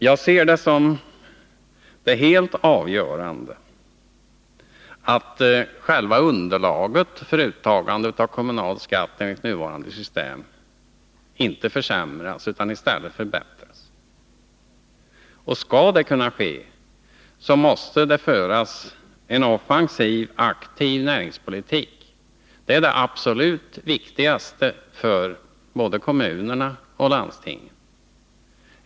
Jag ser det som helt avgörande att själva underlaget för uttagande av kommunal skatt enligt nuvarande system inte försämras utan i stället förbättras. Skall det kunna ske, måste det föras en offensiv, aktiv näringspolitik. Det är det absolut viktigaste för både kommunerna och landstingen.